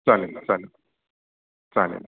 चालेल नं चालेल चालेल